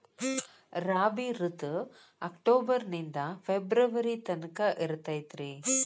ರಾಬಿ ಋತು ಅಕ್ಟೋಬರ್ ನಿಂದ ಫೆಬ್ರುವರಿ ತನಕ ಇರತೈತ್ರಿ